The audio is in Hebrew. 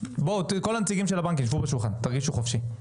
כל הנציגים של הבנקים, שבו בשולחן, תרגישו חופשי.